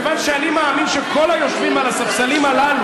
כיוון שאני מאמין שכל היושבים על הספסלים הללו